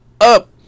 up